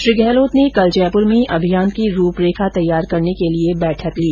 श्री गहलोत ने कल जयपुर में अभियान की रूपरेखा तैयार करने के लिए बैठक ली